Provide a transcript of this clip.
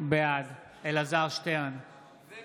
בעד אלעזר שטרן, נגד